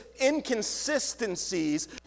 inconsistencies